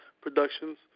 Productions